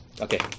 Okay